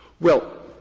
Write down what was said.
well,